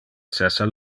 cessa